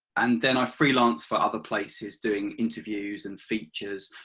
and then i freelance for other places doing interviews and features.